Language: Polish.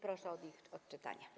Proszę o ich odczytanie.